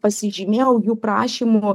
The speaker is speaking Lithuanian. pasižymėjau jų prašymu